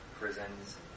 Prisons